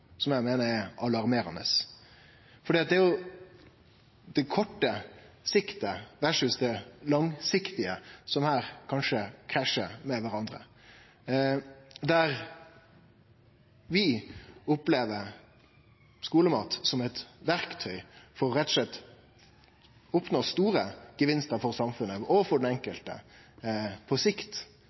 som eg meiner er alarmerande. Det er det kortsiktige versus det langsiktige som her kanskje krasjar med kvarandre. Der vi opplever skulemat som eit verktøy for rett og slett å oppnå store gevinstar for samfunnet og for den enkelte på sikt,